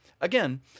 Again